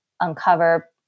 uncover